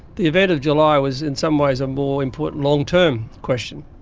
the event of july was in some ways a more important long-term question.